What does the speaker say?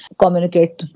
communicate